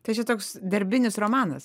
tai čia toks darbinis romanas